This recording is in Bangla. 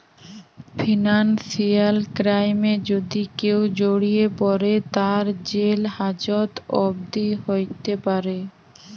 ফিনান্সিয়াল ক্রাইমে যদি কেউ জড়িয়ে পরে, তার জেল হাজত অবদি হ্যতে প্যরে